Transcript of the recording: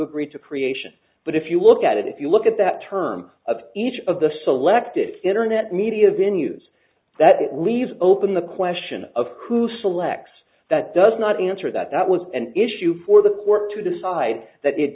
agree to creation but if you look at it if you look at that term of each of the selected internet media venue's that it leaves open the question of who selects that does not answer that that was an issue for the court to decide that it